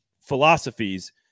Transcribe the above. philosophies